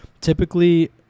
typically